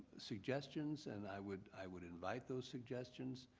suggestions and i would i would invite those suggestions,